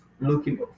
looking